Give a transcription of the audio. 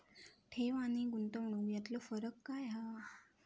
ठेव आनी गुंतवणूक यातलो फरक काय हा?